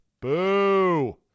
Boo